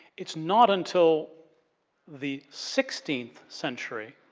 it's not until the sixteenth century